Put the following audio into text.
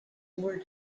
were